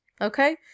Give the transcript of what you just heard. Okay